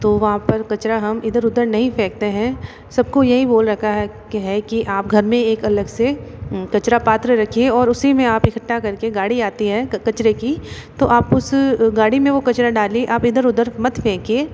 तो वहाँ पर कचरा हम इधर उधर नहीं फैंकते हैं सब को यही बोल रखा है कि है कि आप घर में एक अलग से कचरा पात्र रखिए और उसी में आप इकट्ठा कर के गाड़ी आती है कचरे की तो आप उस गाड़ी में वो कचरा डालिए आप इधर उधर मत फैंकिए